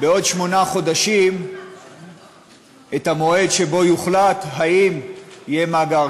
בעוד שמונה חודשים את הזמן שבו יוחלט אם יהיה מאגר,